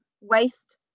waste